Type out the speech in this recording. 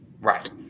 Right